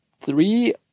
three